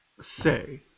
say